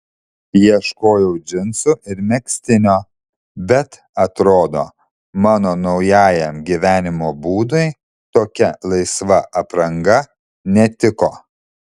ieškojau džinsų ir megztinio bet atrodo mano naujajam gyvenimo būdui tokia laisva apranga netiko